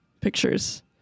pictures